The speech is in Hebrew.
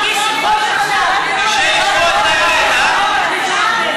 תגישי בחירות עכשיו.